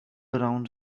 around